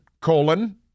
colon